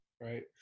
Right